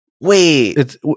wait